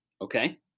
Okay